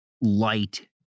light